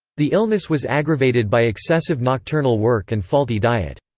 the illness was aggravated by excessive nocturnal work and faulty diet.